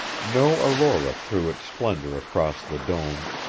no aurora threw its splendor across the dome,